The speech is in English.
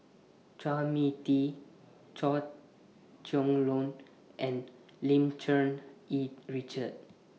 Chua Mia Tee Chua Chong Long and Lim Cherng Yih Richard